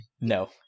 No